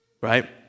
right